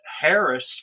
Harris